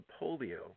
polio